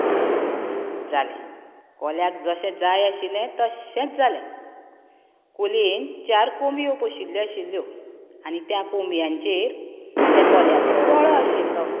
जालें कोल्याक जशें जाय आशिल्लें तशेंच जालें कोलयेन चार कोंबयो पोशिल्ल्यो आशिल्ल्यो आनी त्या कोंबयांचेर त्या कोल्याचो दोळो आशिल्लो